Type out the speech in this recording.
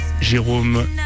Jérôme